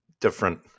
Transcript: different